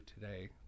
today